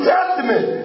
Testament